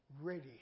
Ready